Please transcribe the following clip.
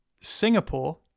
Singapore